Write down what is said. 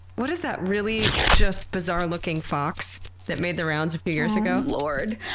what is that really just bizarre looking fox that made the rounds a few years ago? oh lord,